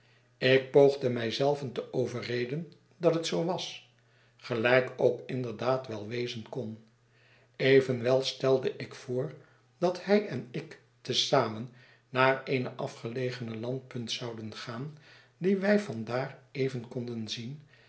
ik poogde mij zelven te overreden dat het zoo was gelijk ook inderdaad wel wezen kon evenwel stelde ik voor dathij enikte zamen naar eene afgelegene landpunt zouden gaan die wij van daar even konden zien